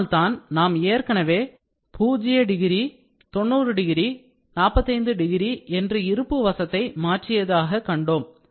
இதனால்தான் நாம் ஏற்கனவே ஜீரோ டிகிரி 90 டிகிரி 45 டிகிரி என்று இருப்பு வசத்தை மாற்றியதாக கண்டோம்